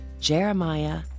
Jeremiah